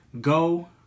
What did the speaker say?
go